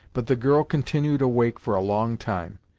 but the girl continued awake for a long time.